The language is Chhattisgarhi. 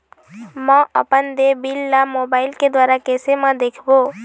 म अपन देय बिल ला मोबाइल के द्वारा कैसे म देखबो?